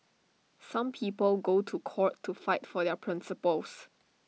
some people go to court to fight for their principles